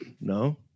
No